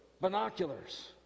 binoculars